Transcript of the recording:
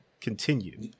continue